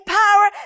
power